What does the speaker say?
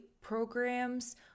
programs